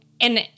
and-